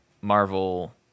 marvel